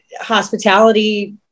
hospitality